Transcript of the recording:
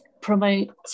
promote